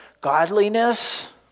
godliness